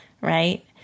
Right